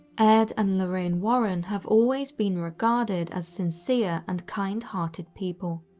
ed and lorraine warren have always been regarded as sincere and kind-hearted people.